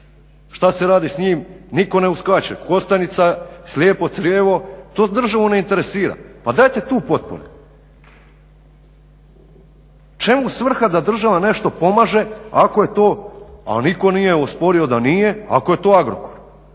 što se radi s njim? Nitko ne uskače. Kostajnica je slijepo crijevo, to državu ne interesira. Pa dajte tu potpore. Čemu svrha da država nešto pomaže ako je to, a nitko nije osporio da nije, ako je to Agrokor.